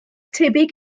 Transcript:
tebyg